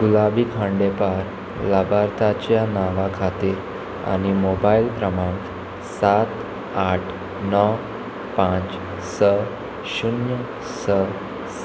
गुलाबी खांडेपार लाभार्थ्याच्या नांवा खातीर आनी मोबायल क्रमांक सात आठ णव पांच स शुन्य स